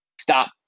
stop